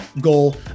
goal